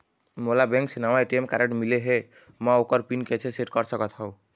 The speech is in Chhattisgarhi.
मोला बैंक से नावा ए.टी.एम कारड मिले हे, म ओकर पिन कैसे सेट कर सकत हव?